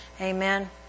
Amen